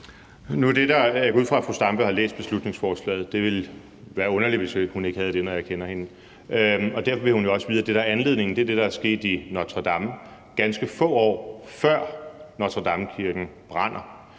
(DF): Jeg går ud fra, at fru Zenia Stampe har læst beslutningsforslaget – det ville være underligt, hvis hun ikke havde det, hvis jeg kender hende – og derfor vil hun jo også vide, at det, der her er anledningen, er det, der er sket i Notre-Dame-kirken, ganske få år før den brænder.